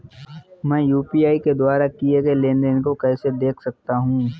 मैं यू.पी.आई के द्वारा किए गए लेनदेन को कैसे देख सकता हूं?